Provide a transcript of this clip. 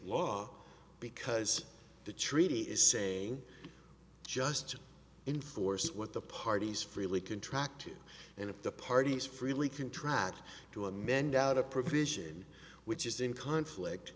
law because the treaty is saying just to enforce what the parties freely contract and if the parties freely contract to amend out a provision which is in conflict